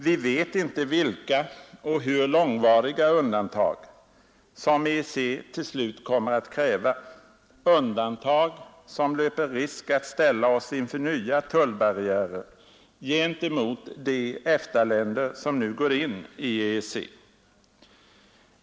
Vi vet inte vilka och hur långvariga undantag som EEC till slut kommer att kräva, undantag som löper risk att ställa oss inför nya tullbarriärer gentemot de EFTA-länder som nu går in i EEC.